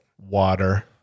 Water